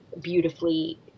beautifully